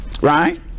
Right